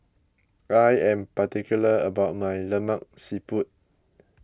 I am particular about my Lemak Siput